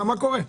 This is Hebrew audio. מה קורה?